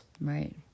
Right